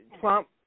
Trump